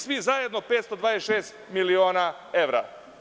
Svi zajedno 526 miliona evra.